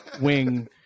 wing